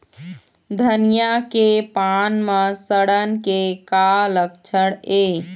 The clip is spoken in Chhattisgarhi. धनिया के पान म सड़न के का लक्षण ये?